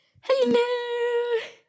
hello